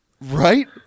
Right